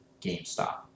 GameStop